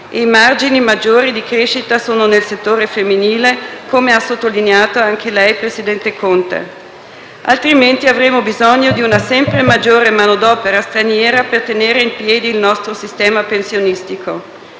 I margini maggiori di crescita sono nel settore femminile, come ha sottolineato anche lei, presidente Conte. Altrimenti avremo bisogno di una sempre maggiore manodopera straniera per tenere in piedi il nostro sistema pensionistico.